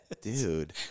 Dude